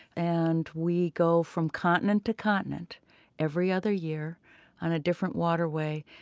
and we go from continent to continent every other year on a different waterway,